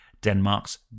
Denmark's